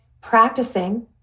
practicing